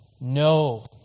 No